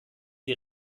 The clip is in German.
die